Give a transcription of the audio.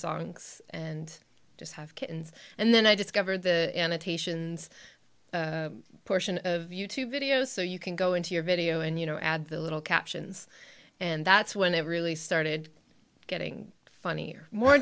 songs and just have kittens and then i discovered the annotations portion of you tube videos so you can go into your video and you know add the little captions and that's when it really started getting funnier more